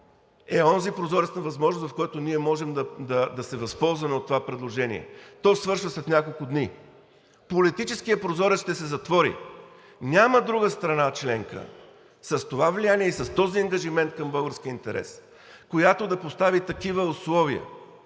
е онзи прозорец на възможност, в който ние можем да се възползваме от това предложение. То свършва след няколко дни. Политическият прозорец ще се затвори, няма друга страна членка с това влияние и с този ангажимент към българския интерес, която да постави такива условия